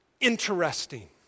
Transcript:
interesting